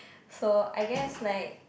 so I guess like